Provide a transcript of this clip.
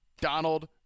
Donald